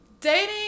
Dating